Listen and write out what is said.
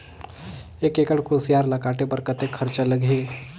एक एकड़ कुसियार ल काटे बर कतेक खरचा लगही?